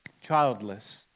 childless